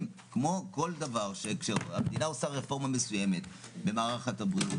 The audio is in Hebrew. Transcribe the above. כמו כל דבר שכאשר המדינה עושה רפורמה מסוימת במערכת הבריאות,